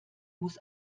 muss